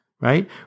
right